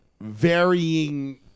varying